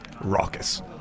raucous